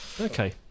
okay